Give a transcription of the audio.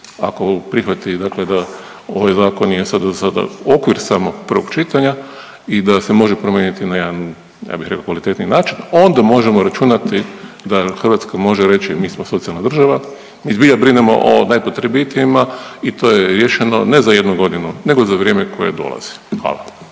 ako prihvati dakle da ovaj zakon je sada, sada okvir samo prvog čitanja i da se može promijeniti na jedan ja bih rekao kvalitetniji način onda možemo računati da Hrvatska može reći mi smo socijalna država i zbilja brinemo o najpotrebitijima i to je riješeno ne za jednu godinu nego za vrijeme koje dolazi, hvala.